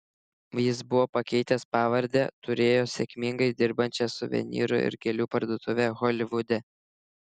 jis buvo pakeitęs pavardę turėjo sėkmingai dirbančią suvenyrų ir gėlių parduotuvę holivude